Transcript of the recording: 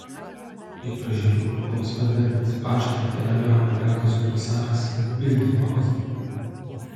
vyko žinių korespondentas pašto ir telegrafo liaudies komisaras pylnikovas